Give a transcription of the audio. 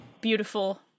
beautiful